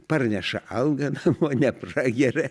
parneša algą namo neprageria